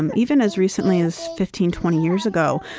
and even as recently as fifteen, twenty years ago,